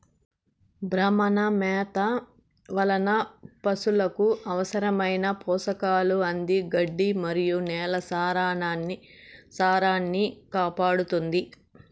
భ్రమణ మేత వలన పసులకు అవసరమైన పోషకాలు అంది గడ్డి మరియు నేల సారాన్నికాపాడుతుంది